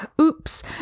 Oops